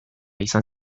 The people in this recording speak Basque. izan